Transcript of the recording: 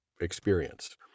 experience